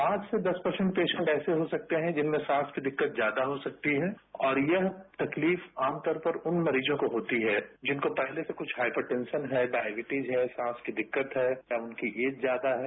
पांच से दस पेसेंट ऐसे हो सकते हैं जिनमें सांस की दिक्कत ज्यादा हो सकती है और यह तकलीफ आमतौर पर उन मरीजों को होती है जिनको पहले से कछ हायपरटरान है डायबिटीज है सांस की दिक्कत है या उनकी ऐज ज्यादा है